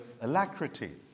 alacrity